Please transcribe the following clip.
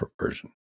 version